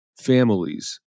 families